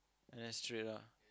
N_S straight ah